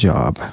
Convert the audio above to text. Job